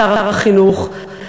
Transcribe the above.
שר החינוך,